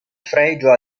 fregio